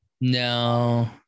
No